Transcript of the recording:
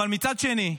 מצד שני,